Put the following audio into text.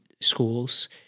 schools